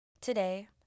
Today